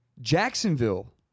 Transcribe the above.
Jacksonville